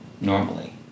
normally